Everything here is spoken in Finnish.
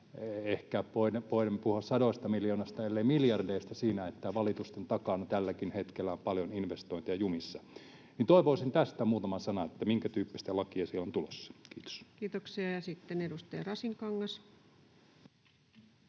Ehkä voimme puhua sadoista miljoonista, ellei miljardeista, siinä, että valitusten takana tälläkin hetkellä on paljon investointeja jumissa. Toivoisin tästä muutaman sanan, että minkä tyyppistä lakia sieltä on tulossa. — Kiitos. [Speech 387] Speaker: